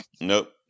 Nope